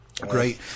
great